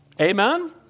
Amen